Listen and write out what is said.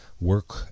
work